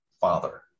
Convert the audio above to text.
father